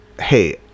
Hey